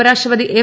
ഉപരാഷ്ട്രപതി എം